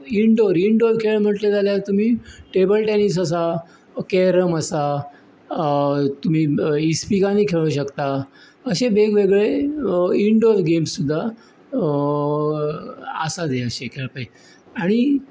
indoor indoor खेळ म्हणटले जाल्यार तुमी टेबल टेनीस आसा कॅरम आसा तुमी इस्पिकांनी खेळूंक शकता अशे वेगवेगळे इनडोर गेम्स सुद्दां आसात अशे हेंपळय आनी